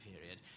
period